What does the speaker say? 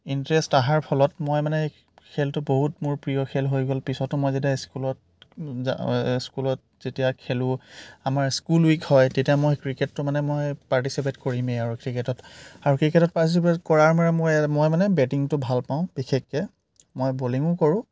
interest আহাৰ ফলত মই মানে খেলটো বহুত মোৰ প্ৰিয় খেল হৈ গ'ল পিছতো মই যেতিয়া স্কুলত যাওঁ স্কুলত যেতিয়া খেলোঁ আমাৰ স্কুল উইক হয় তেতিয়া মই ক্ৰিকেটটো মানে মই পাৰ্টিচিপেট কৰিমেই আৰু ক্ৰিকেটত আৰু ক্ৰিকেটত পাৰ্টিচিপেট কৰা মই মানে বেটিংটো ভাল পাওঁ বিশেষকৈ মই বলিঙো কৰোঁ